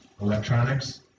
electronics